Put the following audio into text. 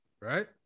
right